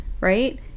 right